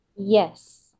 Yes